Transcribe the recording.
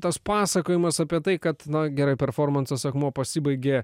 tas pasakojimas apie tai kad na gerai performansas akmuo pasibaigė